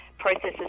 processes